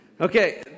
Okay